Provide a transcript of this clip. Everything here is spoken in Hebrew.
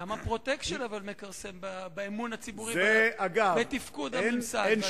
אבל גם ה"פרוטקשן" מכרסם באמון הציבורי בתפקוד הממסד.